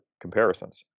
comparisons